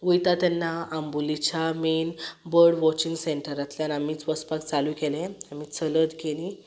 वयता तेन्ना आंबोलेच्या मेन बर्ड वॉचींग सँटरांतल्यान आमीच वसपाक चालू केलें आमी चलत गेलीं